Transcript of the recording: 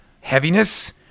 heaviness